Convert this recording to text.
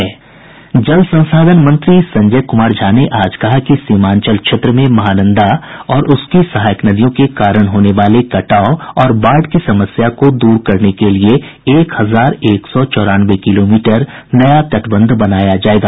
जल संसाधन मंत्री संजय झा ने आज कहा कि सीमांचल क्षेत्र में महानंदा और उसकी सहायक नदियों के कारण होने वाले कटाव और बाढ़ की समस्या को दूर करने के लिए एक हजार एक सौ चौरानवे किलोमीटर नये तटबंध बनाया जायेगा